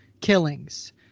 killings